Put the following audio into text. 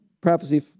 prophecy